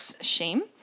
shame